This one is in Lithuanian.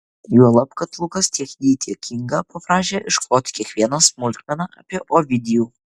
juolab kad lukas tiek jį tiek ingą paprašė iškloti kiekvieną smulkmeną apie ovidijų